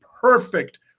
perfect